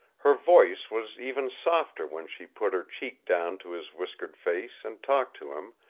her voice was even softer when she put her cheek down to his whiskered face and talked to him,